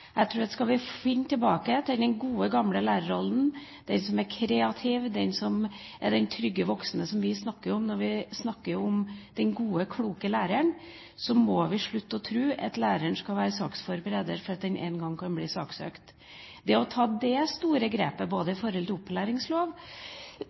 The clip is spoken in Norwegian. Jeg tror at skal vi finne tilbake til den gode, gamle lærerrollen, den kreative og trygge voksne som vi snakker om når vi snakker om den gode, kloke læreren, må vi slutte å tro at læreren skal være saksforbereder fordi han en gang kan bli saksøkt. Dette store grepet, både